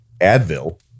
Advil